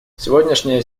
сегодняшняя